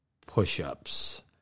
push-ups